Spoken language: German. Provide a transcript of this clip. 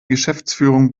geschäftsführung